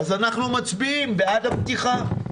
אז אנחנו מצביעים בעד הפתיחה.